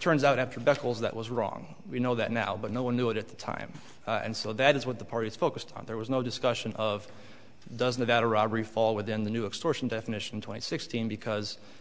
turns out after battles that was wrong we know that now but no one knew it at the time and so that is what the parties focused on there was no discussion of doesn't that a robbery fall within the new extortion definition twenty sixteen because